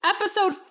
Episode